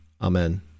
Amen